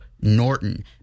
Norton